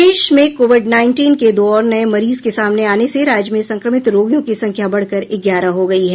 प्रदेश में COVID nineteen के दो और नये मरीज के सामने आने से राज्य में संक्रमित रोगियों की संख्या बढ़कर ग्यारह हो गई है